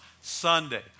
Sunday